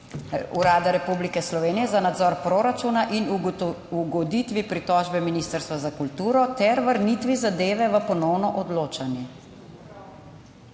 Urada Republike Slovenije za nadzor proračuna in ugoditvi pritožbe Ministrstva za kulturo ter vrnitvi zadeve v ponovno odločanje...